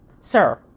sir